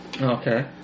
Okay